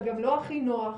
זה גם לא הכי נוח,